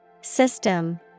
System